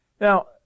Now